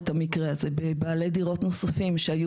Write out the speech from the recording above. אבל המקרה נפוץ במסגרת האוכלוסייה הזאת שהם שוהים